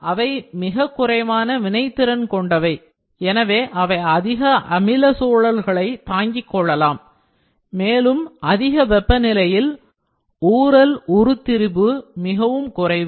அவை மிகக் குறைவான வினைத்திறன் கொண்டவை எனவே அவை அதிக அமில சூழல்களைத் தாங்கிக் கொள்ளலாம் மேலும் அதிக வெப்பநிலையில் ஊரல் உருத்திரிபு மிகவும் குறைவு